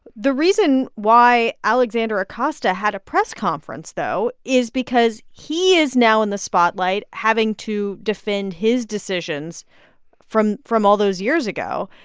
the reason why alexander acosta had a press conference, though, is because he is now in the spotlight having to defend his decisions from from all those years ago.